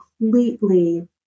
completely